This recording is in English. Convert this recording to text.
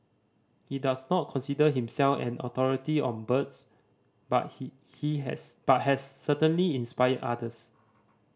he does not consider himself an authority on birds but he he has but has certainly inspired others